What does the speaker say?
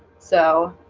so